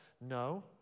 No